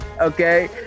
okay